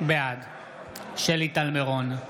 בעד שלי טל מירון,